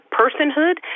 personhood